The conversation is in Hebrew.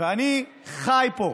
אני חי פה.